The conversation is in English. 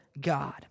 God